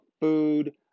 food